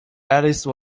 alice